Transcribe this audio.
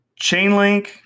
Chainlink